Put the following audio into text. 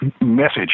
message